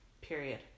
Period